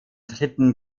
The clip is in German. dritten